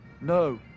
No